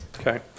Okay